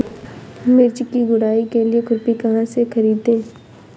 मिर्च की गुड़ाई के लिए खुरपी कहाँ से ख़रीदे?